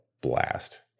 blast